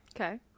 Okay